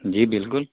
جی بالکل